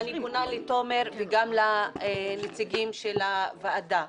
ואני פונה לתומר ולנציגים של הוועדה,